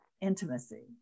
intimacy